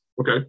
okay